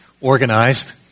organized